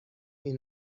این